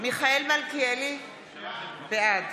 מיכאל מלכיאלי, בעד